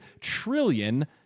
trillion